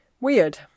Weird